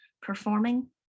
performing